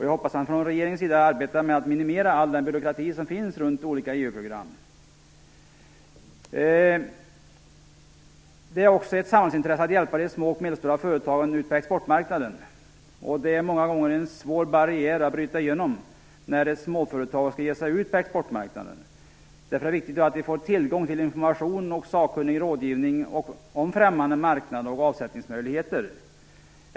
Jag hoppas att man från regeringens sida arbetar för att minimera all denna byråkrati som finns runt olika EU-program. Det är också ett samhällsintresse att hjälpa de små och medelstora företagen ut på exportmarknaden. Det är många gånger en svår barriär att bryta igenom när ett småföretag som skall ge sig ut på exportmarknaden. Därför är det viktigt att de får tillgång till information och sakkunnig rådgivning om främmande marknader samt avsättningsmöjligheter.